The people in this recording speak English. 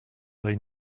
they